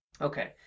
Okay